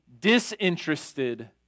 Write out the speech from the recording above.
disinterested